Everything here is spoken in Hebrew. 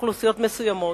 אוכלוסיות מסוימות,